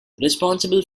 responsible